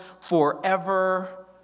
forever